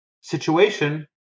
situation